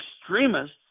extremists